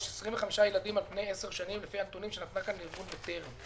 יש 25 ילדים על פני עשר שנים לפי הנתונים שנתנה כאן ארגון בטרם,